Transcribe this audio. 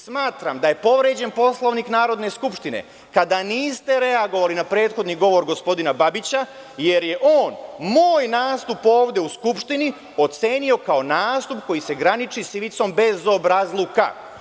Smatram da je povređen Poslovnik Narodne skupštine, kada niste reagovali na prethodni govor gospodina Babića, jer je on moj nastup ovde u skupštini ocenio kao nastup koji se graniči sa ivicom bezobrazluka.